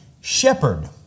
shepherd